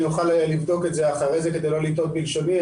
אוכל לבדוק את זה אחר כך כדי לא לטעות בלשוני,